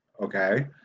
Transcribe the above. okay